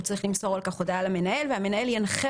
הוא צריך למסור על כך הודעה למנהל והמנהל ינחה